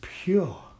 pure